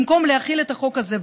במקום להחיל את החוק הזה,